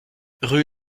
rue